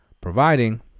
providing